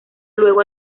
luego